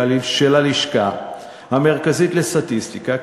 של הלשכה המרכזית לסטטיסטיקה,